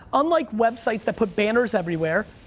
unlike websites that put banners everywhere,